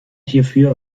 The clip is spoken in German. hierfür